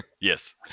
Yes